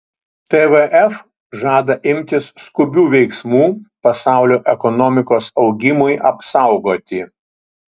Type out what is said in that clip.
tvf žada imtis skubių veiksmų pasaulio ekonomikos augimui apsaugoti